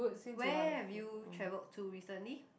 where have you travelled to recently